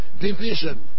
division